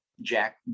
Jack